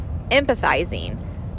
empathizing